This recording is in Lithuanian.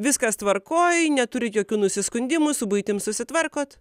viskas tvarkoj neturit jokių nusiskundimų su buitim susitvarkot